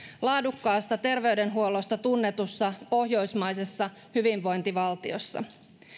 laadukkaasta terveydenhuollosta tunnetussa pohjoismaisessa hyvinvointivaltiossa